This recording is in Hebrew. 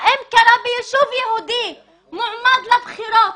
האם זה קרה ביישוב יהודי שמועמד לבחירות